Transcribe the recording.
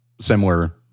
similar